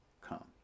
come